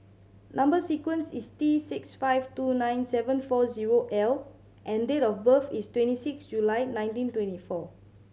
number sequence is T six five two nine seven four zero L and date of birth is twenty six July nineteen twenty four